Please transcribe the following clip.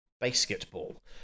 Basketball